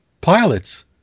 pilots